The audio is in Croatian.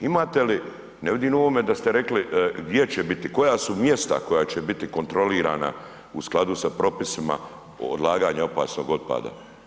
Imate li, ne vidim u ovome da ste rekli gdje će biti, koja su mjesta koja će biti kontrolirana u skladu sa propisima odlaganja opasnog otpada?